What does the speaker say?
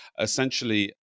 essentially